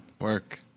Work